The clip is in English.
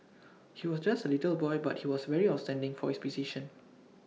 he was just A little boy but he was very outstanding for his precision